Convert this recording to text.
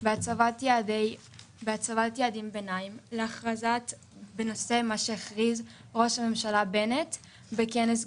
בהצבת יעדי ביניים על מה שהכריז ראש הממשלה בנט בכנס גלזגו.